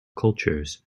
cultures